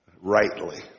rightly